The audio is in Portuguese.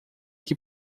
que